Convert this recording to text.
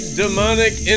demonic